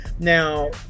now